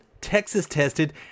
Texas-tested